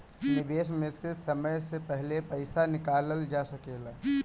निवेश में से समय से पहले पईसा निकालल जा सेकला?